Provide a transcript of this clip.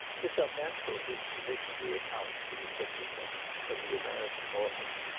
this unnatural heat sufficiently accounts for the sickliness of the american autumn.